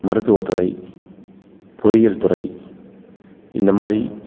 மருத்துவத்துறை பொறியியல் துறை இந்தமாதிரி